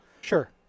Sure